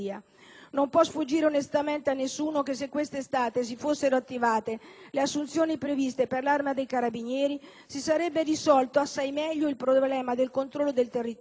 Non può sfuggire onestamente a nessuno che se questa estate si fossero attivate le assunzioni previste per l'Arma dei carabinieri si sarebbe risolto assai meglio il problema del controllo del territorio